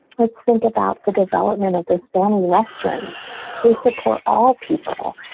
let's think about the development of the family restrooms they support all people.